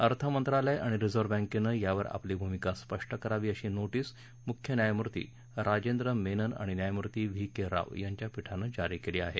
अर्थमंत्रालय आणि रिझर्व बँकेनं यावर आपली भूमिका स्पष्ट करावी अशी नोटीस मुख्य न्यायमूर्ती राजेंद्र मेनन आणि न्यायमूर्ती व्ही के राव यांच्या पीठानं जारी केली आहे